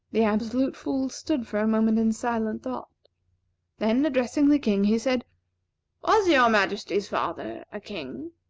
the absolute fool stood for a moment in silent thought then, addressing the king, he said was your majesty's father a king?